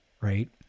right